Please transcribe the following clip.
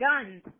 guns